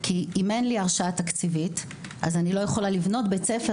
כי אם אין לי הרשאה תקציבית אז אני לא יכולה לבנות בית הספר